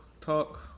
talk